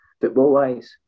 football-wise